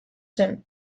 zen